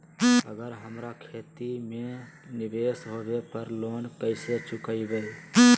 अगर हमरा खेती में निवेस होवे पर लोन कैसे चुकाइबे?